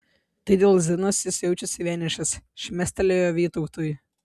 tai dėl zinos jis jaučiasi vienišas šmėstelėjo vytautui